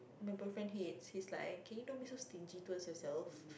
my boyfriend hates he's like can you like don't be so stingy towards yourself